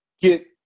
Get